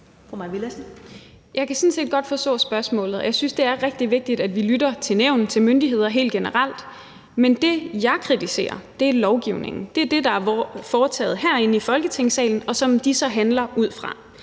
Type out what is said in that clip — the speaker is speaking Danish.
jeg synes, det er rigtig vigtigt, at vi lytter til nævn og til myndigheder helt generelt, men det, jeg kritiserer, er lovgivningen; det er det, der er foretaget herinde i Folketingssalen, og som de så handler ud fra.